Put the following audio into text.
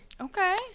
Okay